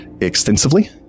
extensively